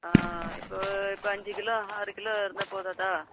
ஆ இப்போ இப்போ அஞ்சு கிலோ ஆறு கிலோ இருந்தா போதாதா